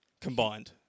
Combined